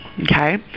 okay